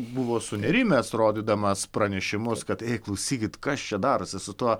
buvo sunerimęs rodydamas pranešimus kad ėj klausykit kas čia darosi su tuo